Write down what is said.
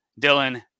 Dylan